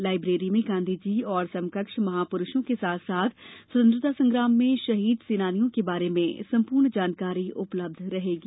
library में गाँधी जी और समकक्ष महापुरूषों के साथ साथ स्वंतत्रता संग्राम में शहीद सेनानियों के बारे में सम्पूर्ण जानकारी उपलब्ध रहेगी